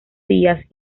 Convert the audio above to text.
díaz